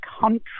country